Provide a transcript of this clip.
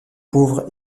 pauvres